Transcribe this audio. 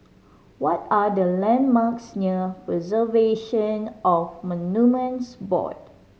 what are the landmarks near Preservation of Monuments Board